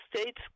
state's